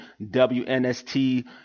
WNST